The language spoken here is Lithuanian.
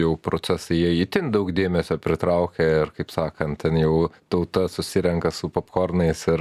jau procesai jie itin daug dėmesio pritraukia ir kaip sakant ten jau tauta susirenka su popkornais ir